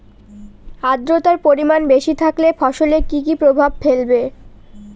আদ্রর্তার পরিমান বেশি থাকলে ফসলে কি কি প্রভাব ফেলবে?